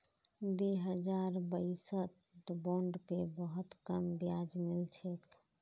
दी हजार बाईसत बॉन्ड पे बहुत कम ब्याज मिल छेक